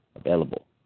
available